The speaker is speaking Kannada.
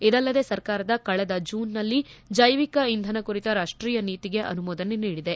ಇದಲ್ಲದೆ ಸರ್ಕಾರ ಕಳೆದ ಜೂನ್ನಲ್ಲಿ ಜೈವಿಕ ಇಂಧನ ಕುರಿತ ರಾಷ್ಷೀಯ ನೀತಿಗೆ ಅನುಮೋದನೆ ನೀಡಿದೆ